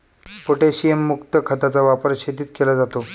पोटॅशियमयुक्त खताचा वापर शेतीत केला जातो